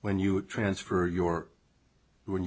when you transfer your wh